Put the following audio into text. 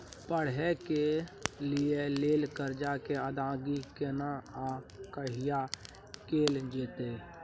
पढै के लिए लेल कर्जा के अदायगी केना आ कहिया कैल जेतै?